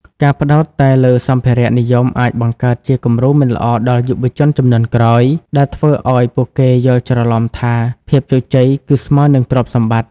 ការផ្តោតតែលើសម្ភារៈនិយមអាចបង្កើតជាគំរូមិនល្អដល់យុវជនជំនាន់ក្រោយ ដែលធ្វើឱ្យពួកគេយល់ច្រឡំថាភាពជោគជ័យគឺស្មើនឹងទ្រព្យសម្បត្តិ។